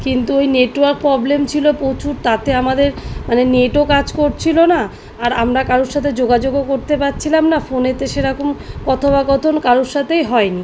কিন্তু ওই network problem ছিলো প্রচুর তাতে আমাদের মানে নেটও কাজ করছিলো না আর আমরা কারুর সাথে যোগাযোগও করতে পারছিলাম না ফোনেতে সেরকম কথোপাকথন কারুর সাথেই হয় নি